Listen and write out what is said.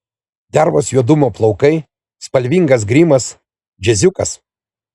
dervos juodumo plaukai spalvingas grimas džiaziukas